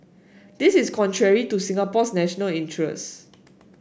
this is contrary to Singapore's national interest